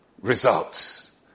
results